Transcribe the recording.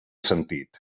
sentit